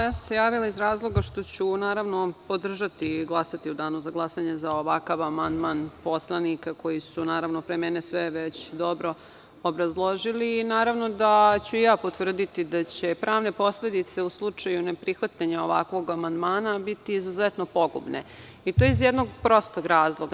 Javila sam se iz razloga što ću podržati i glasati u Danu za glasanje za ovakav amandman poslanika koji su pre mene sve već dobro obrazložili i naravno da ću i ja potvrditi da će pravne posledice u slučaju neprihvatanja ovakvog amandmana biti izuzetno pogubne, a sve iz jednog prostog razloga.